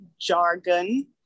jargon